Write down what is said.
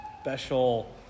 special